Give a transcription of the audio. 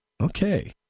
Okay